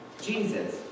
Jesus